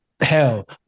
Hell